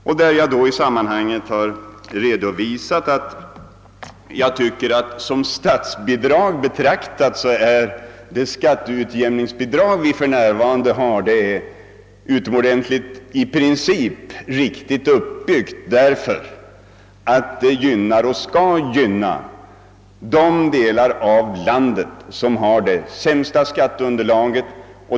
I detta sammanhang har jag redovisat att jag tycker att det skatteutjämningsbidrag vi för närvarande har är som statsbidrag betraktat, riktigt uppbyggt i princip, eftersom det gynnar och även skall gynna de delar av landet som har det sämsta skatteunderlaget.